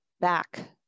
back